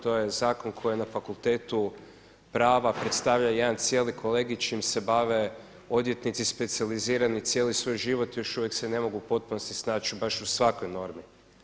To je zakon koji na fakultetu prava predstavlja jedan cijeli kolegij čime se bave odvjetnici specijalizirani cijeli svoj život i još uvijek se ne mogu u potpunosti snaći baš u svakoj normi.